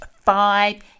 five